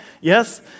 yes